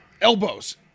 Elbows